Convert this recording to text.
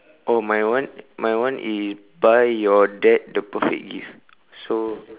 oh my one my one is buy your dad the perfect gift so